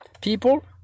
People